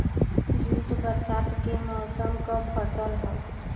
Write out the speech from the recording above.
jute बरसात के मौसम क फसल हौ